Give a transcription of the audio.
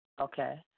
Okay